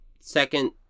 second